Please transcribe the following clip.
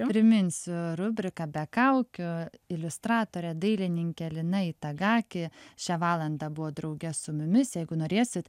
priminsiu rubriką be kaukių iliustratore dailininke lina itagaki šią valandą buvo drauge su mumis jeigu norėsit